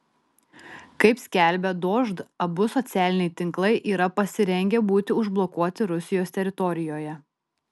kaip skelbia dožd abu socialiniai tinklai yra pasirengę būti užblokuoti rusijos teritorijoje